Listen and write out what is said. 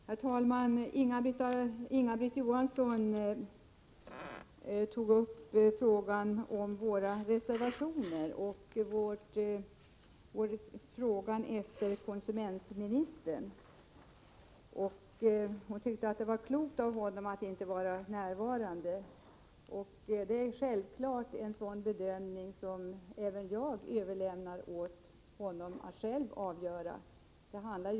Herr talman! Inga-Britt Johansson tog upp frågan om våra reservationer och sade också något om att vi frågade efter konsumentministern. Hon tyckte att det var klokt av honom att inte vara närvarande i kammaren. Självfallet överlämnar även jag åt honom själv att avgöra en sådan sak.